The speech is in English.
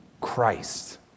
Christ